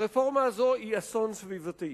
הרפורמה הזו היא אסון סביבתי.